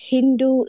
Hindu